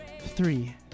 Three